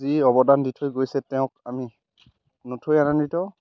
যি অৱদান দি থৈ গৈছে তেওঁক আমি নথৈ আনন্দিত